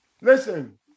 Listen